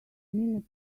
minute